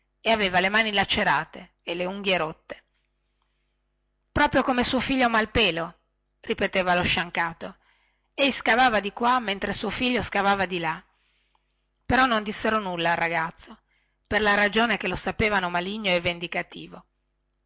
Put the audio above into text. e avea le mani lacerate e le unghie rotte proprio come suo figlio malpelo ripeteva lo sciancato ei scavava di qua mentre suo figlio scavava di là però non dissero nulla al ragazzo per la ragione che lo sapevano maligno e vendicativo